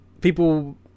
People